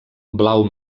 blau